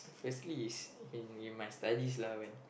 firstly is in in my studies lah when